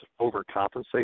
overcompensate